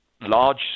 large